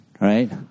Right